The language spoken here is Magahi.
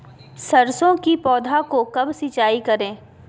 सरसों की पौधा को कब सिंचाई करे?